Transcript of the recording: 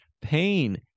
pain